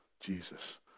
Jesus